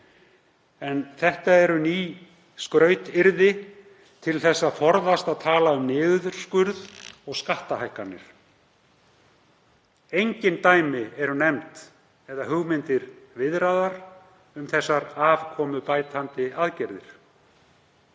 en það eru ný skrautyrði til að forðast að tala um niðurskurð og skattahækkanir. Engin dæmi eru nefnd eða hugmyndir viðraðar um þessar afkomubætandi aðgerðir.